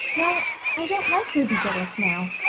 well, i don't like ruby gillis now.